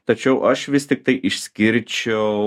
tačiau aš vis tiktai išskirčiau